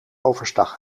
overstag